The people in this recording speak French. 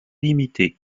limitée